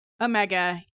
Omega